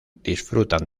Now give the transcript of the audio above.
disfrutan